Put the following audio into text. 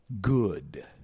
good